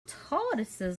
tortoises